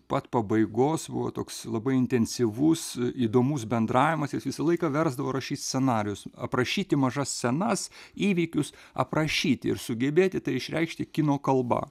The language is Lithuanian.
pat pabaigos buvo toks labai intensyvus įdomus bendravimas jis visą laiką versdavo rašyt scenarijus aprašyti mažas scenas įvykius aprašyti ir sugebėti tai išreikšti kino kalba